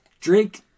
Drake